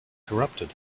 corrupted